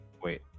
Wait